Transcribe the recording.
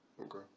Okay